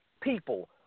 people